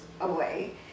away